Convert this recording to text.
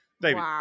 David